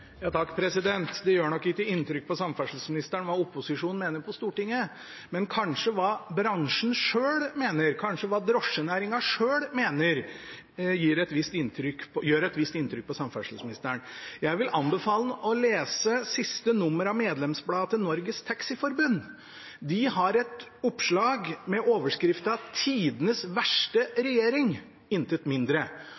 Det gjør nok ikke inntrykk på samferdselsministeren hva opposisjonen på Stortinget mener. Men kanskje hva bransjen selv mener, kanskje hva drosjenæringen selv mener, gjør et visst inntrykk på samferdselsministeren. Jeg vil anbefale ham å lese siste nummer av medlemsbladet til Norges Taxiforbud. De har et oppslag med overskriften «Tidenes verste